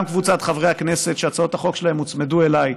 זה גם קבוצת חברי הכנסת שהצעות החוק שלהם הוצמדו אליי,